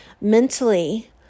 mentally